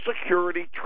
Security